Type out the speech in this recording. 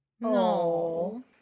no